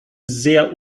sehr